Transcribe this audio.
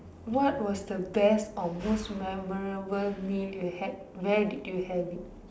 what was the best or most memorable meal you had where did you have it